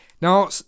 Now